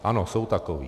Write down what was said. Ano, jsou takoví.